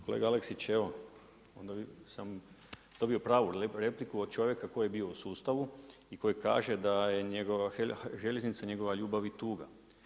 Kolega Aleksić evo onda sam dobio pravu repliku od čovjeka koji je bio u sustavu i koji kaže da je njegova željeznica njegova ljubav i tuga.